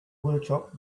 workshop